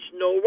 no